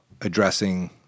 addressing